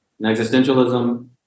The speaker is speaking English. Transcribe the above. existentialism